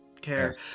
care